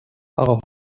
اقا